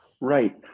Right